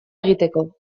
egiteko